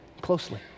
closely